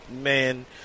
man